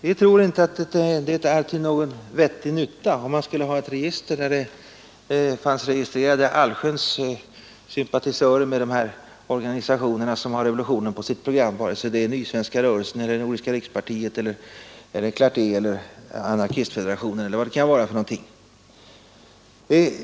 Vi tror inte på någon nytta av ett register där allsköns sympatisörer till de organisationer som har revolutionen på sitt program finns registrerade, vare sig det är Nysvenska rörelsen, Nordiska rikspartiet, Clarté eller Anarkistfederationen.